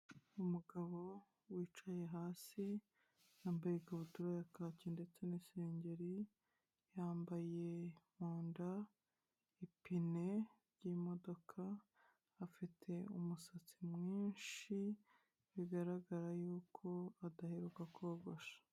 Umugabo wicaye hasi, yambaye ikabutura ya kaki ndetse n'isengeri, yambaye mu nda ipine ry'imodoka, afite umusatsi mwinshi bigaragara y'uko adaheruka kogosha.